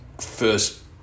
first